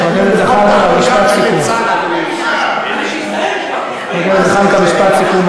חבר הכנסת זחאלקה, משפט סיכום.